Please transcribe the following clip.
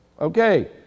Okay